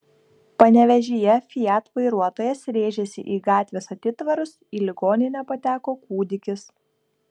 panevėžyje fiat vairuotojas rėžėsi į gatvės atitvarus į ligoninę pateko kūdikis